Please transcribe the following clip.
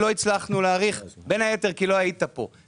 לא הצלחנו להאריך, בין היתר כי לא היית פה.